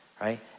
right